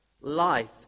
life